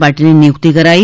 પાટીલની નિયુક્તિ કરાઇ